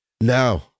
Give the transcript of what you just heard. Now